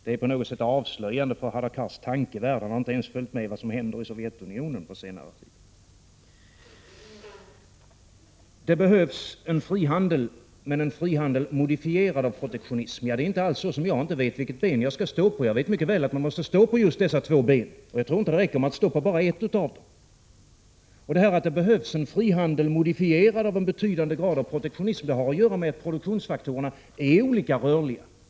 Det är på något sätt avslöjande för Hadar Cars tankevärld att han inte ens har följt med händelserna i Sovjetunionen under senare tid. Det behövs en frihandel, en frihandel modifierad av protektionism. Jag vet mycket väl att man måste stå på just dessa två ben. Jag tror inte att det räcker med att stå på bara ett av dem. Detta att det behövs en frihandel, modifierad av en betydande grad av protektionism, har att göra med att produktionsfaktorerna är olika rörliga.